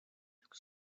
look